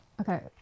Okay